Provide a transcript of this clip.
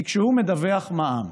היא כשהוא מדווח מע"מ.